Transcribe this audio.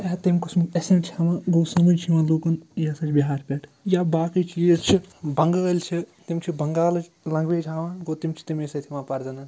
تمہِ قٕسمُک اٮ۪سٮ۪نٛٹ چھِ ہاوان گوٚو سَمٕج چھِ یِوان لُکَن یہِ ہَسا چھِ بِہار پٮ۪ٹھ یا باقٕے چیٖز چھِ بنٛگٲلۍ چھِ تِم چھِ بَنگالٕچ لنٛگویج ہاوان گوٚو تِم چھِ تَمے سۭتۍ یِوان پَرزنہٕ